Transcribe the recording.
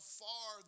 far